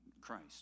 Christ